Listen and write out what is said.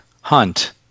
Hunt